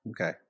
okay